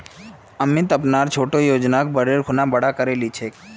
अमित अपनार छोटो बिजनेसक बढ़ैं खुना बड़का करे लिलछेक